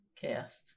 cast